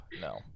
no